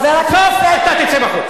בסוף אתה תצא בחוץ.